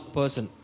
person